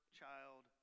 child